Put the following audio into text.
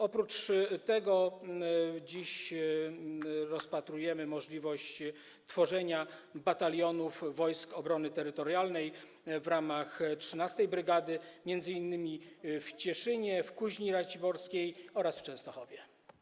Oprócz tego dziś rozpatrujemy możliwość tworzenia batalionów Wojsk Obrony Terytorialnej w ramach 13. brygady m.in. w Cieszynie, Kuźni Raciborskiej i Częstochowie.